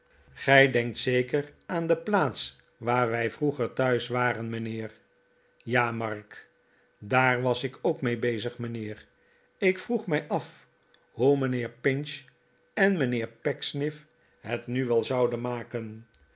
gij denkt zeker aan de plaats waar wij vroeger thuis waren mijnheer ja mark daar was ik ook mee bezig mijnheer ik vroeg mij af hoe mijnheer pinch en mijnheer pecksniff het nu wel zouden maken